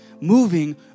moving